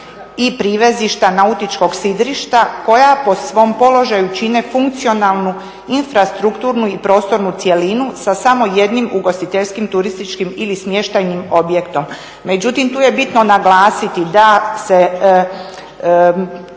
i privezišta nautičkog sidrišta koja po svom položaju čine funkcionalnu infrastrukturnu i prostornu cjelinu sa samo jednim ugostiteljskim, turističkim ili smještajnim objektom. Međutim tu je bitno naglasiti da se